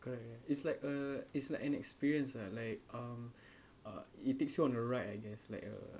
correct correct it's like uh it's like an experience uh like um err it takes you on a ride I guess like uh